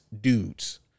dudes